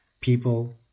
people